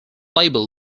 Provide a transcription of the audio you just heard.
label